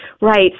Right